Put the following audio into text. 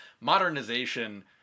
modernization